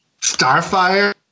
Starfire